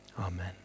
Amen